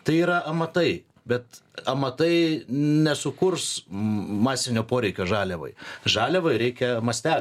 tai yra amatai bet amatai nesukurs masinio poreikio žaliavai žaliavai reikia mastelio